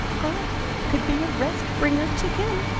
i could be a rest-bringer to him.